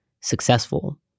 successful